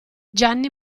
gianni